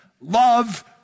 Love